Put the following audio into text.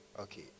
Okay